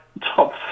top